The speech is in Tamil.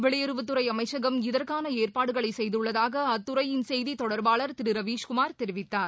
வெளியுறவுத்துறைஅமைச்சகம் இதற்கானஏற்பாடுகளைசெய்துள்ளதாகஅத்துறையின் செய்திதொடர்பாளர் திருரவீஸ்குமார் தெரிவித்தார்